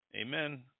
Amen